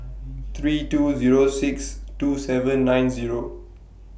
three two Zero six two seven nine Zero